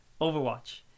overwatch